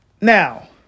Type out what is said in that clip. Now